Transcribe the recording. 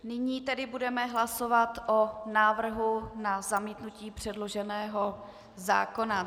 Nyní tedy budeme hlasovat o návrhu na zamítnutí předloženého zákona.